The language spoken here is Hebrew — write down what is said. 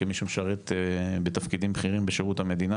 כמי שמשרת בתפקידים בכירים בשירות המדינה,